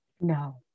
No